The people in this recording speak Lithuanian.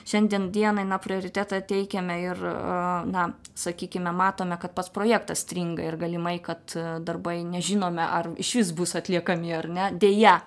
šiandien dienai na prioritetą teikiame ir na sakykime matome kad pats projektas stringa ir galimai kad darbai nežinome ar išvis bus atliekami ar ne deja